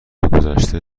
گذشته